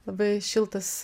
labai šiltas